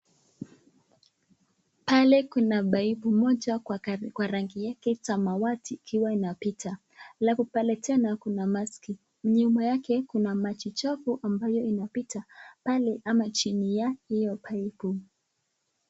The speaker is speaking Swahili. Pale kuna pipu moja kwa rangi yake samawati ikiwa inapita, alafu pale tena kuna mask . Nyuma yake kuna maji chafu ambaye inapita pale ama chini ya hio pipu.